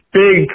big